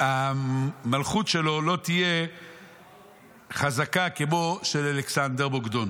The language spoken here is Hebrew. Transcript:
שהמלכות שלו לא תהיה חזקה כמו של אלכסנדר מוקדון,